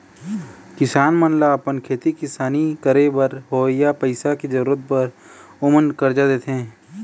किसान मन ल अपन खेती किसानी करे बर होवइया पइसा के जरुरत बर ओमन करजा देथे